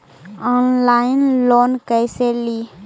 Online loan कैसे ली?